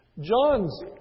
John's